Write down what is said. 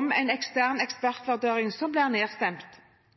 om en ekstern ekspertvurdering, som ble nedstemt. De fleste partier i denne salen har vært og